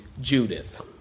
Judith